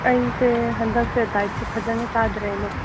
ꯑꯩꯁꯦ ꯍꯟꯗꯛꯁꯦ ꯗꯥꯏꯠꯁꯦ ꯐꯖꯅ ꯆꯥꯗ꯭ꯔꯦꯅꯦ